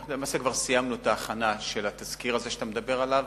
אנחנו למעשה כבר סיימנו את ההכנה של התזכיר הזה שאתה מדבר עליו,